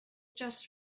just